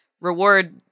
reward